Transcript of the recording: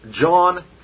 John